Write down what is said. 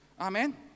Amen